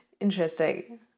Interesting